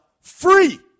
free